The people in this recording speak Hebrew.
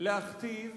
להכתיב